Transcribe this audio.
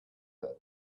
that